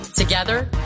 Together